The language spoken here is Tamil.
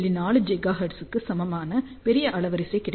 4 ஜிகாஹெர்ட்ஸுக்கு சமமான பெரிய அலைவரிசை கிடைக்கும்